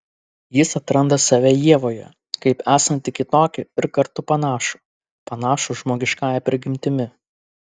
jis atranda save ievoje kaip esantį kitokį ir kartu panašų panašų žmogiškąja prigimtimi